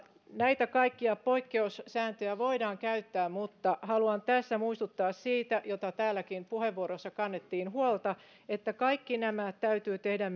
näitä kaikkia poikkeussääntöjä voidaan käyttää mutta haluan tässä muistuttaa siitä mistä täälläkin puheenvuoroissa kannettiin huolta että kaikki nämä täytyy tehdä